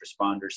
responders